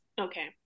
Okay